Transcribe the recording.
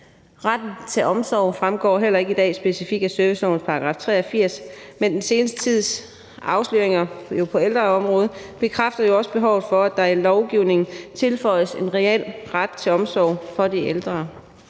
Retten til omsorg fremgår heller ikke i dag specifikt af servicelovens § 83, men den seneste tids afsløringer på ældreområdet bekræfter jo også behovet for, at der i lovgivningen tilføjes en reel ret til omsorg for de ældre.